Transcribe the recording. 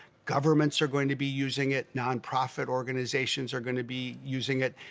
governments are going to be using it, nonprofit organizations are going to be using it.